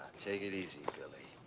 take it easy, billy.